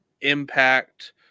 impact